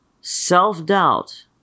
self-doubt